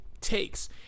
takes